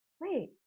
wait